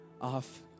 off